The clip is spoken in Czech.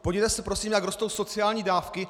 Podívejte se prosím, jak rostou sociální dávky.